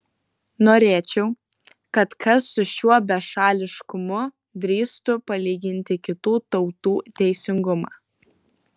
norėčiau kad kas su šiuo bešališkumu drįstų palyginti kitų tautų teisingumą